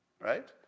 right